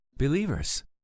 Believers